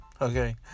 Okay